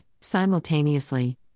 simultaneously